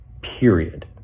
period